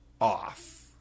off